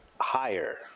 higher